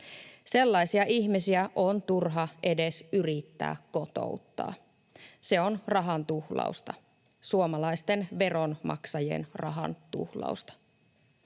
Sellaisia ihmisiä on turha edes yrittää kotouttaa. Se on rahan tuhlausta, suomalaisten veronmaksajien rahan tuhlausta.